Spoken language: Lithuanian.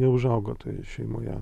neužaugo toje šeimoje